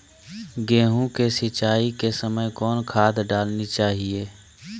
गेंहू के सिंचाई के समय कौन खाद डालनी चाइये?